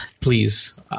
please